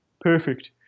perfect